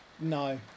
No